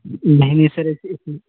नहीं नहीं सर ऐसी इसमें